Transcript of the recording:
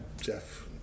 Jeff